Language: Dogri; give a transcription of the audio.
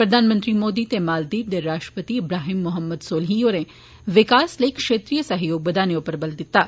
प्रधानमंत्री मोदी ते मालदीव दे राश्ट्रपति इब्राहिम मोहम्मद सोहलह होर विकास लेई क्षेत्रिय सहयोग बदाने उप्पर बल दित्ता